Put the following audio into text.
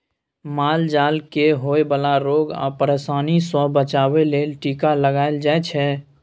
माल जाल केँ होए बला रोग आ परशानी सँ बचाबे लेल टीका लगाएल जाइ छै